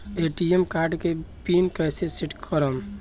ATM card के pin कैसे set करम?